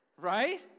right